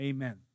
Amen